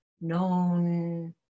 known